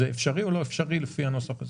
זה אפשרי או לא אפשרי לפי הנוסח הזה?